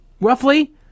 roughly